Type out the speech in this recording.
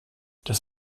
das